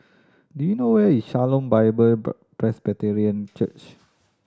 do you know where is Shalom Bible Presbyterian Church